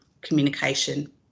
communication